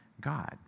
God